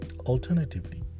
Alternatively